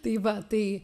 tai va tai